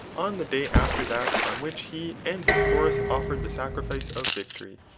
on the day after that on which he and his chorus offered the sacrifice of victory.